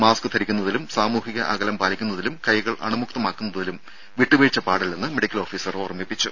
mask ധരിക്കുന്നതിലും സാമൂഹിക അകലം പാലിക്കുന്നതിലും കൈകൾ അണുമുക്തമാക്കുന്നതിലും വിട്ടുവീഴ്ച പാടില്ലെന്ന് മെഡിക്കൽ ഓഫീസർ ഓർമിപ്പിച്ചു